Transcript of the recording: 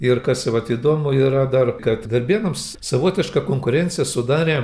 ir kas vat įdomu yra dar kad darbėnams savotišką konkurenciją sudarė